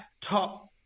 top